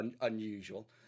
unusual